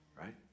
Right